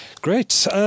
Great